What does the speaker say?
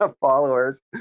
followers